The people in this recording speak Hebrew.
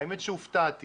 האמת שהופתעתי